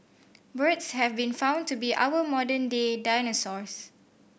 birds have been found to be our modern day dinosaurs